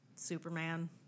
Superman